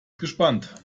gespannt